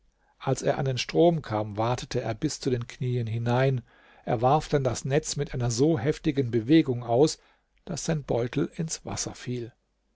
als er an den strom kam watete er bis zu den knieen hinein er warf dann das netz mit einer so heftigen bewegung aus daß sein beutel ins wasser fiel